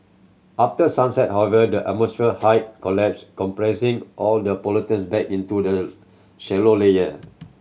after sunset however the atmosphere height collapse compressing all the pollutant back into the shallow layer